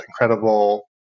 incredible